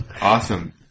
awesome